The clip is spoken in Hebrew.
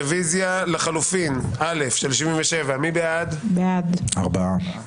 רביזיה על 55. מי בעד הרביזיה?